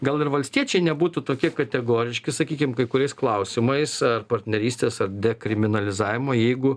gal ir valstiečiai nebūtų tokie kategoriški sakykim kai kuriais klausimais ar partnerystės ar dekriminalizavimo jeigu